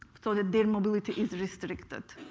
so that their mobility is restricted.